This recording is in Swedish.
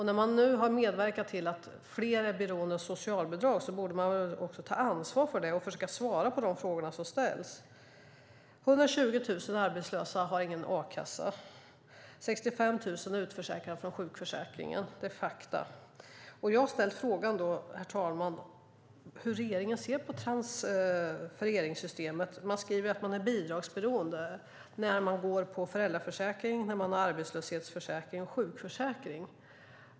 När man nu har medverkat till att fler är beroende av socialbidrag borde man också ta ansvar för det och försöka svara på de frågor som ställs. Det är 120 000 arbetslösa som inte har någon a-kassa. Det är 65 000 som är utförsäkrade från sjukförsäkringen. Det är fakta. Jag har ställt frågan hur regeringen ser på transfereringssystemet. Man skriver att människor är bidragsberoende när de har ersättning från föräldraförsäkring, arbetslöshetsförsäkring och sjukförsäkring.